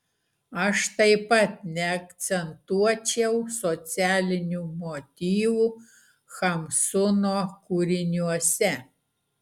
aš taip pat neakcentuočiau socialinių motyvų hamsuno kūriniuose